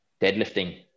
deadlifting